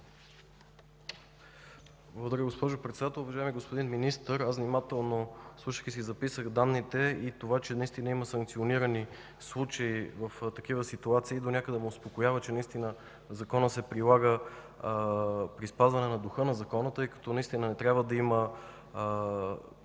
Благодаря, госпожо Председател. Уважаеми господин Министър, внимателно слушах и си записах данните. Това, че наистина има санкционирани случаи в такива ситуации, донякъде ме успокоява, че законът се прилага при спазване на духа на закона, тъй като не трябва да има